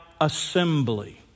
assembly